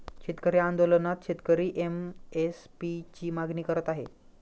शेतकरी आंदोलनात शेतकरी एम.एस.पी ची मागणी करत आहे